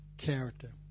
character